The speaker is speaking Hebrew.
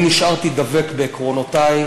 אני נשארתי דבק בעקרונותי,